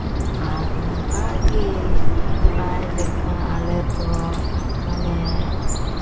ᱟᱨ ᱱᱚᱝᱠᱟ ᱜᱮ ᱯᱨᱟᱭ ᱞᱮᱠᱟ ᱟᱞᱮ ᱫᱚ ᱢᱟᱱᱮ